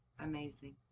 Amazing